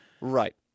Right